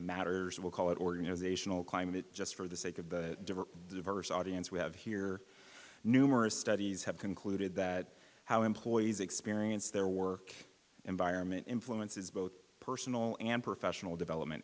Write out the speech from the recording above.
matters we'll call it organizational climate just for the sake of the diverse audience we have here numerous studies have concluded that how employees experience their work environment influences both personal and professional development